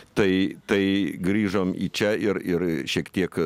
tai tai grįžom į čia ir ir šiek tiek